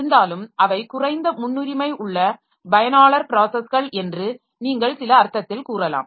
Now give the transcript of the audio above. இருந்தாலும் அவை குறைந்த முன்னுரிமை உள்ள பயனாளர் ப்ராஸஸ்கள் என்று நீங்கள் சில அர்த்தத்தில் கூறலாம்